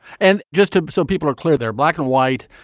and just ah so people are clear, they're black and white.